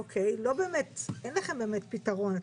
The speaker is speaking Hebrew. אין לכם באמת פתרון.